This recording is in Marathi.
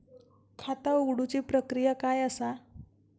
खाता उघडुची प्रक्रिया काय असा?